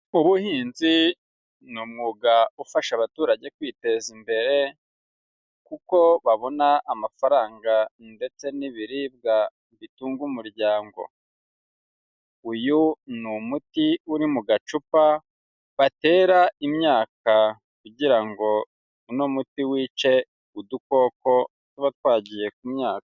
Ubuhinzi ni umwuga ufasha abaturage kwiteza imbere kuko babona amafaranga ndetse n'ibiribwa bitunga umuryango, uyu ni umuti uri mu gacupa batera imyaka kugira ngo uno muti wice udukoko tuba twagiye ku myaka.